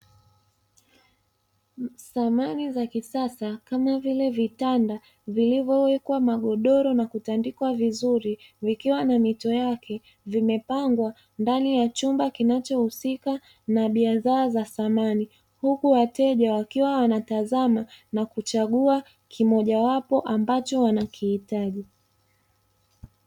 Samani za kisasa kama vile vitanda vilivyowekwa magodoro na kutandikwa vizuri, vikiwa na mito yake vimepangwa ndani ya chumba kinachohusika na bidhaa za samani, huku wateja wakiwa wanatazama na kuchagua kimojawapo ambacho wanakihitaji.